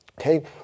Okay